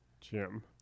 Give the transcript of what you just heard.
Jim